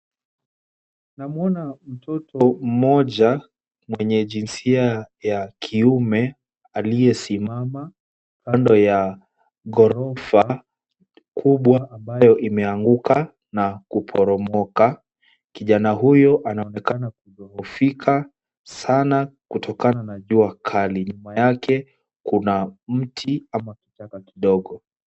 Tunamwona mtoto mmoja mwenye jinsia ya kiume aliyesimama kando ya ghorofa kubwa ambayo imeanguka na kuporomoka. Kijana huyu anaonekana kudhoofika sana kutokana na jua kali. Nyuma yake kuna mti ama kichaka kidogo.